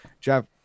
Jeff